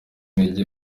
intege